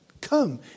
come